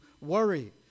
worry